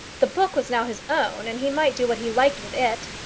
the book was now his own, and he might do what he liked with it.